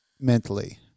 mentally